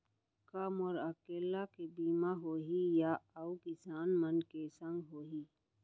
का मोर अकेल्ला के बीमा होही या अऊ किसान मन के संग होही?